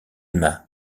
m’a